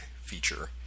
feature